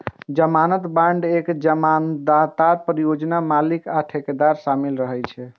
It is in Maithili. जमानत बांड मे जमानतदार, परियोजना मालिक आ ठेकेदार शामिल रहै छै